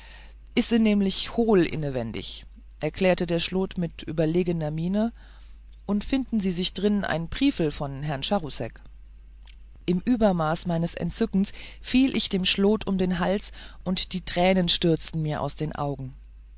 ise nämlich hohl inewändig erklärte der schlot mit überlegener miene und finden sie sich drinn eine brieffel von herrn charousek im übermaß meines entzückens fiel ich dem schlot um den hals und die tränen stürzten mir aus den augen